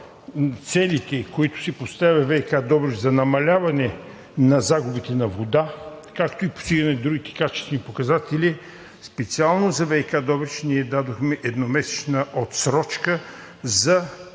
целите, които си поставя ВиК Добрич, за намаляване на загубите на вода, както и постигане на другите качествени показатели – специално за ВиК Добрич ние дадохме едномесечна отсрочка за